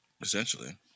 essentially